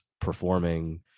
performing